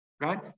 right